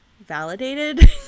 validated